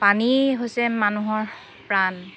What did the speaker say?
পানীয়েই হৈছে মানুহৰ প্ৰাণ